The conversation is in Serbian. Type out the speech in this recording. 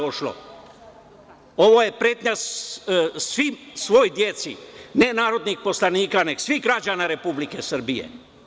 Ovo je pretnja svoj deci, ne narodnih poslanika, nego svih građana Republike Srbije.